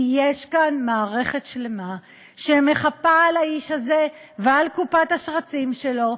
כי יש כאן מערכת שלמה שמחפה על האיש הזה ועל קופת השרצים שלו,